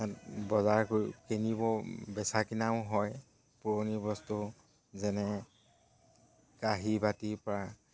বজাৰ কৰি কিনিব বেচা কিনাও হয় পুৰণি বস্তু যেনে কাঁহী বাতিৰ পৰা